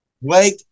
Wake